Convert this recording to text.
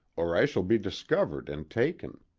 or i shall be discovered and taken.